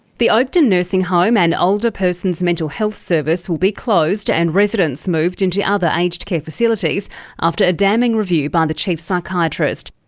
the oakden nursing home and older person's mental health service will be closed and residents moved into other aged care facilities after a damning review by the chief psychiatrist.